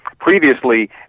previously